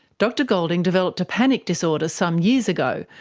dr goulding developed a panic disorder some years ago,